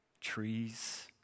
trees